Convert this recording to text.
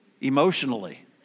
emotionally